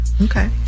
Okay